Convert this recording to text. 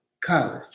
College